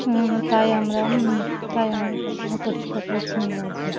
তাই আমরা তাই আমরা সবসময় পরিষ্কার পরিচ্ছন্ন রাখবো